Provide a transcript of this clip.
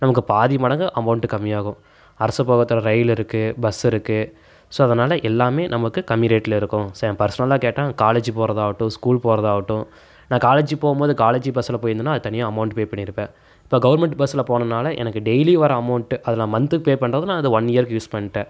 நமக்கு பாதி மடங்கு அமெளன்ட்டு கம்மியாகும் அரசு போக்குவரத்து ரயில் இருக்குது பஸ் இருக்குது ஸோ அதனால எல்லாமே நமக்கு கம்மி ரேட்டில் இருக்கும் பர்சனலாக கேட்டால் காலேஜ் போகிறதாவட்டும் ஸ்கூல் போகிறதாவட்டும் நான் காலேஜ் போகும்போது காலேஜ் பஸ்ஸில் போயிருந்தேனா அதுக்கு தனியாக அமெளன்ட் பே பண்ணி இருப்பேன் இப்போ கவர்ன்மெண்ட் பஸ்ஸில் போனதனால எனக்கு டெய்லி வர அமெளன்ட் அது நான் மன்த்துக்கு பே பண்ணுறது அதை நான் ஒன் இயருக்கு யூஸ் பண்ணிட்டேன்